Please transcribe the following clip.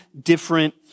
different